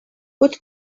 what